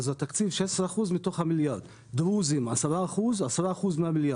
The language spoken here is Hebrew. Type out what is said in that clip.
אז התקציב יהיה 16% מתוך המיליארד; דרוזים מהווים 10% מהאוכלוסייה